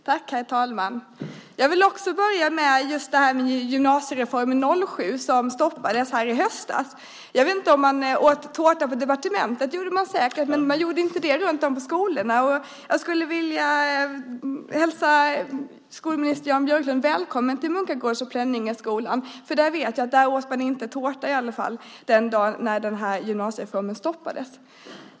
Herr talman! Jag vill börja med gymnasiereformen 07 som stoppades här i höstas. Jag vet inte om man åt tårta på departementet. Det gjorde man säkert, men man gjorde inte det runtom på skolorna. Jag skulle vilja hälsa skolminister Jan Björklund välkommen till Munkagårds och Plönningeskolan, för där vet jag att man inte åt tårta den dag då gymnasiereformen stoppades.